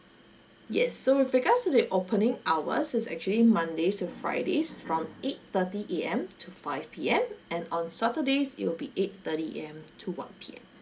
yes so with regards to the opening hours it's actually mondays to fridays from eight thirty A_M to five P_M and on saturdays it will be eight thirty A_M to one P_M